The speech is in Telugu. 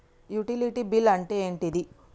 యుటిలిటీ బిల్ అంటే ఏంటిది?